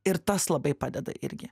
ir tas labai padeda irgi